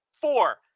four